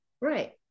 Right